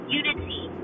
unity